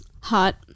Hot